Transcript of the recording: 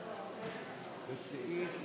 הרווחה והשירותים